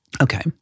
Okay